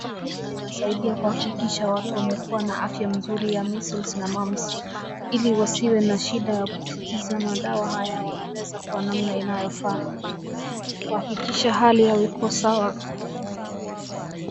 Dawa hili linasaidia kuhakikisha watu wamekuwa na afya nzuri ya measles na mumps ili wasiwe na shida ya kutatiza, madawa haya wanameza kwa namna inayofaa, kuhakikisha hali yao iko sawa.